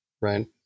Right